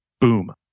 Boom